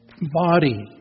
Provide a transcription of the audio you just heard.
body